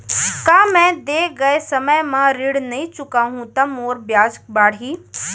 का मैं दे गए समय म ऋण नई चुकाहूँ त मोर ब्याज बाड़ही?